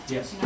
Yes